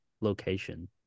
location